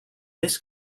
this